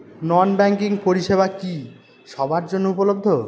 নন banking পরিষেবা কি সবার জন্য উপলব্ধ?